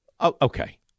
Okay